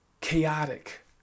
chaotic